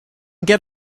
get